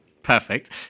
Perfect